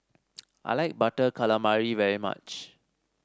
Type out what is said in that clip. I like Butter Calamari very much